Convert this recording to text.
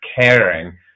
caring